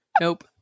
nope